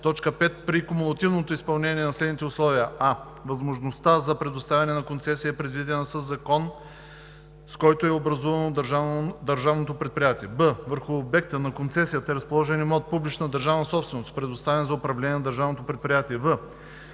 1, т. 5, при кумулативното изпълнение на следните условия: а) възможността за предоставяне на концесията е предвидена със закона, с който е образувано държавното предприятие; б) върху обекта на концесията е разположен имот – публична държавна собственост, предоставен за управление на държавното предприятие; в)